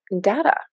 data